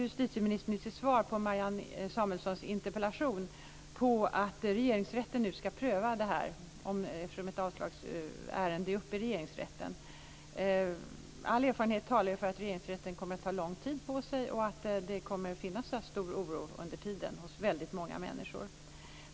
Justitieministern lutar sig, i sitt svar på Marianne Samuelssons interpellation, på att Regeringsrätten nu ska pröva det här, eftersom ett avslagsärende är uppe i Regeringsrätten. All erfarenhet talar för att Regeringsrätten kommer att ta lång tid på sig och att det kommer att finnas en stor oro under tiden hos väldigt många människor.